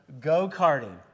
go-karting